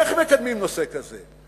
איך מקדמים נושא כזה.